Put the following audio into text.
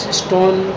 stone